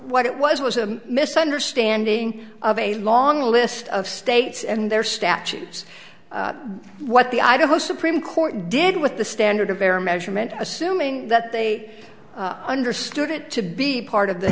what it was was a misunderstanding of a long list of states and their statutes what the idaho supreme court did with the standard of error measurement assuming that they understood it to be part of